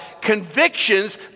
convictions